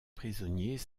prisonniers